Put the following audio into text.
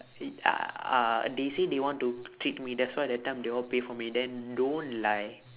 h~ uh they say they want to treat me that's why that time they all pay for me then don't lie